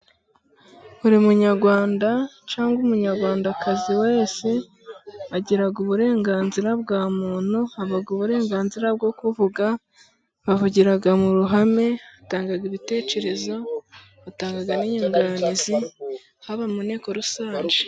Buri Munyarwanda cyangwa Umunyarwandakazi wese, agira uburenganzira bwa muntu. Haba uburenganzira bwo kuvuga, bavugira mu ruhame, batanga ibitekerezo, batanga n'inyunganizi, haba mu nteko rusange.